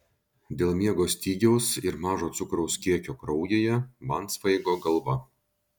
dėl miego stygiaus ir mažo cukraus kiekio kraujyje man svaigo galva